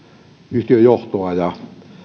yhtiön johtoa ja